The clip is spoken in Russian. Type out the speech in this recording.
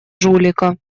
жулика